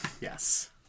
Yes